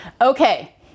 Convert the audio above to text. Okay